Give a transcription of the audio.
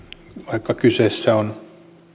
vaikka kyseessä on